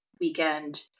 weekend